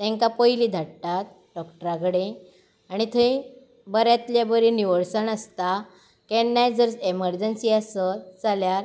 तांकां पयलीं धाडटात डॉक्टरा कडेन आनी थंय बऱ्यांतली बरी निवळसाण आसता केन्नाय जर एमरजंसी आसत जाल्यार